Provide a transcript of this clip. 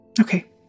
Okay